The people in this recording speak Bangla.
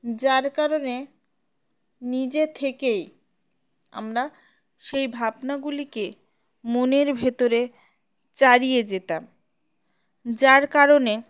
যার কারণে নিজে থেকেই আমরা সেই ভাবনাগুলিকে মনের ভেতরে চারিয়ে যেতাম যার কারণে